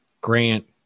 Grant